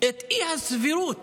את האי-סבירות